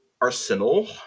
Arsenal